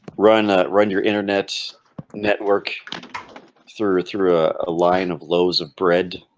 run ah run your internet network through through a ah line of lows of bread